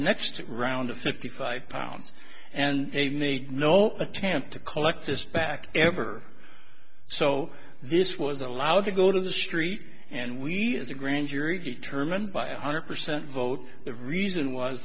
next round of fifty five pounds and they made no attempt to collect this back ever so this was allowed to go to the street and we as a grand jury determined by a one hundred percent vote the reason was